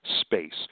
space